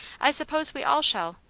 i suppose we all shall.